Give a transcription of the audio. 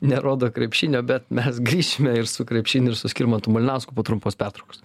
nerodo krepšinio bet mes grįšime ir su krepšiniu ir su skirmantu malinausku po trumpos pertraukos